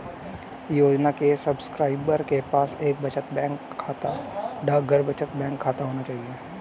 योजना के सब्सक्राइबर के पास एक बचत बैंक खाता, डाकघर बचत बैंक खाता होना चाहिए